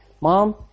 Mom